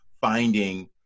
finding